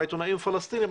העיתונאים הפלסטינים,